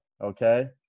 Okay